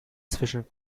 zwischen